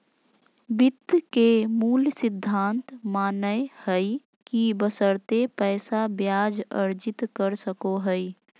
वित्त के मूल सिद्धांत मानय हइ कि बशर्ते पैसा ब्याज अर्जित कर सको हइ